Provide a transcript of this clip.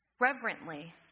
reverently